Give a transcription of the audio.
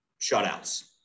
shutouts